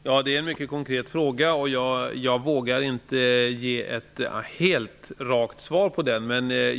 Herr talman! Lars Sundin ställer en mycket konkret fråga, och jag vågar inte ge ett rakt svar på den.